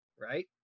right